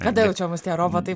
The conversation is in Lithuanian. kada jau čia mus tie robotai